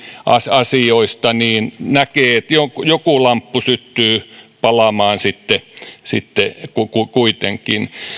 asioista niin näkee että joku joku lamppu syttyy palamaan sitten sitten kuitenkin